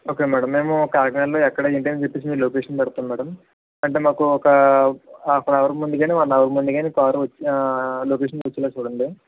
okay madam మేము కాకినాడలో ఎక్కడ ఏంటి అని చెప్పేసి మేము లొకేషన్ పెడతాం మ్యాడం అంటే మాకు ఒకా హాఫ్ అన్ అవర్ ముందుగాని వన్ అవర్ ముందుగాని కార్ వచ్చే లొకేషన్కి వచ్చేల చూడండి